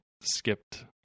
skipped